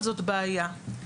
זאת בעיה.